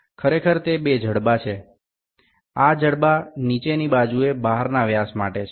ખરેખર તે બે જડબા છે આ જડબા નીચેની બાજુ બહારના વ્યાસ માટે છે